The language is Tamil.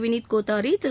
வினித் கோத்தாரி திரு